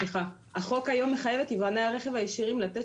החוק היום מחייב את יבואני הרכב הישירים לתת